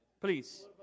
Please